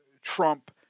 Trump